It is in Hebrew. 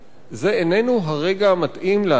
זה איננו הרגע המתאים להגיד,